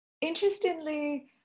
Interestingly